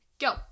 go